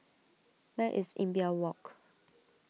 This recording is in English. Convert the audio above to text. where is Imbiah Walk